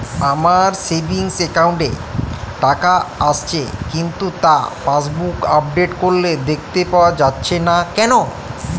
আমার savings account এ টাকা আসছে কিন্তু তা পাসবুক আপডেট করলে দেখতে পাওয়া যাচ্ছে না কেন?